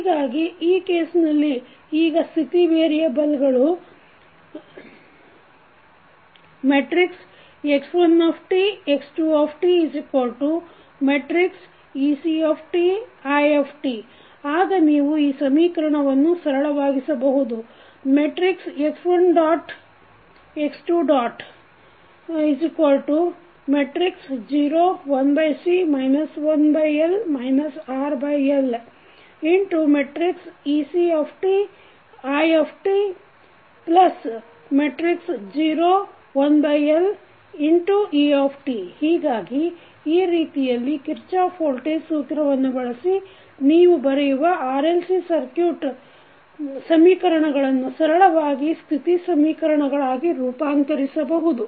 ಹೀಗಾಗಿ ಈ ಕೇಸ್ನಲ್ಲಿ ಈಗ ಸ್ಥಿತಿ ವೇರಿಯೆಬಲ್ಗಳು x1 x2 ec i ಆಗ ನೀವು ಈ ಸಮೀಕರಣವನ್ನು ಸರಳವಾಗಿಸಬಹುದು x1 x2 0 1C 1L RL ec i 0 1L et ಹೀಗಾಗಿ ಈ ರೀತಿಯಲ್ಲಿ ಕಿರ್ಚಾಪ್ ವೋಲ್ಟೇಜ್ ಸೂತ್ರವನ್ನು ಬಳಸಿ ನೀವು ಬರೆಯುವ RLC ಸರ್ಕುಟ್ ಸಮೀಕರಣಗಳನ್ನು ಸರಳವಾಗಿ ಸ್ಥಿತಿ ಸಮೀಕರಣಗಳಾಗಿ ರೂಪಾಂತರಿಸಬಹುದು